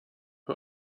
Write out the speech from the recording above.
who